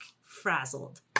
frazzled